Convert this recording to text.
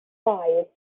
baedd